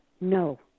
no